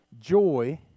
joy